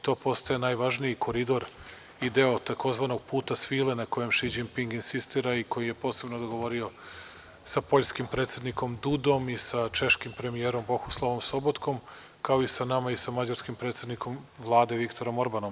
To postaje najvažniji koridor i deo takozvanog „Puta svila“ na kojem Si Đinping insistira i koji je posebno dogovorio sa poljskim predsednikom Dudom i sa češkim premijerom Bohuslovom Sobotkom, kao i sa nama i sa mađarskim predsednikom Vlade, Viktorom Orbanom.